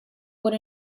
what